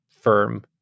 firm